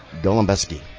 Golombeski